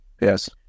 yes